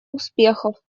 успехов